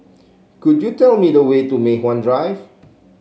could you tell me the way to Mei Hwan Drive